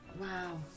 Wow